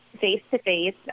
face-to-face